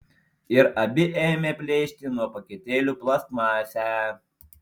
ir abi ėmė plėšti nuo paketėlių plastmasę